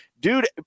dude